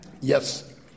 Yes